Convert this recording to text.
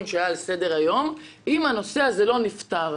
שהיו על סדר היום אם הנושא הזה לא נפתר.